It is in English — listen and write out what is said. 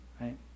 right